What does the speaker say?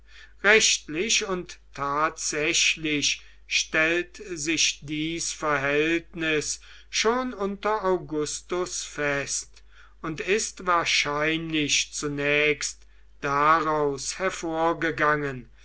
rechtlich und tatsächlich stellt sich dies verhältnis schon unter augustus fest und ist wahrscheinlich zunächst daraus hervorgegangen